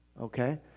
Okay